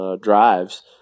drives